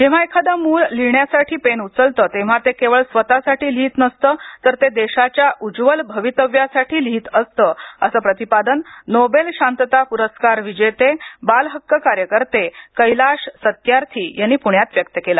जेव्हा एखादं मूल लिहिण्यासाठी पेन उचलते तेव्हा ते केवळ स्वतसाठीच लिहित नसते तर ते देशाच्या उज्ज्वल भवितव्यासाठी लिहित असते असं प्रतिपादन नोबेल शांतता पुरस्कार विजेते बालहक्क कार्यकर्ते कैलाश सत्यार्थी यांनी केलं